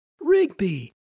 Rigby